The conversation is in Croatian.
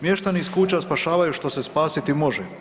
Mještani iz kuća spašavaju šta se spasiti može.